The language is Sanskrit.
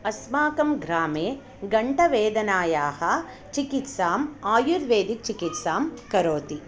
अस्माकं ग्रामे कण्ठवेदनायाः चिकित्साम् आयुर्वेदचिकित्सां करोति